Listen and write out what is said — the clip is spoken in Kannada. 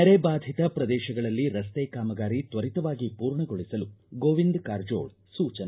ನೆರೆ ಬಾಧಿತ ಪ್ರದೇಶಗಳಲ್ಲಿ ರನ್ತೆ ಕಾಮಗಾರಿ ತ್ವರಿತವಾಗಿ ಮೂರ್ಣಗೊಳಿಸಲು ಗೋವಿಂದ ಕಾರಜೋಳ ಸೂಚನೆ